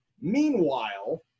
Meanwhile